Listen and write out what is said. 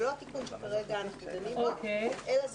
זה לא התיקון שכרגע אנחנו מדברים עליו אלא זה